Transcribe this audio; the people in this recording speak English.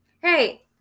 Hey